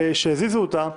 ושיזיזו אותה,